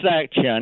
section